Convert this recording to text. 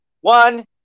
One